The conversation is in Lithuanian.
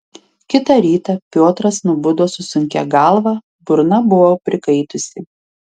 kitą rytą piotras nubudo su sunkia galva burna buvo prikaitusi